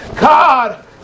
God